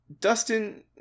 Dustin